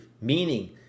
meaning